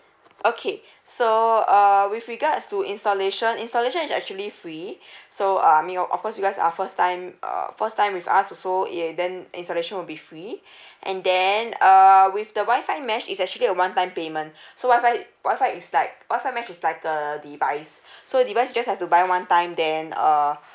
okay so uh with regards to installation installation is actually free so um I mean of course you guys are first time err first time with us also yeah then installation will be free and then err with the wi-fi mesh is actually a one time payment so wi-fi wi-fi is like wi-fi mesh is like a device so device you just have to buy one time then err